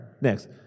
Next